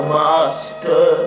master